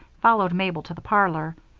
followed mabel to the parlor.